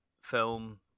film